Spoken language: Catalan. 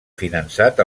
finançat